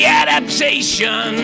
adaptation